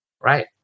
right